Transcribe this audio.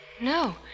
No